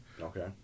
Okay